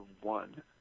one